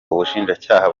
ubushinjacyaha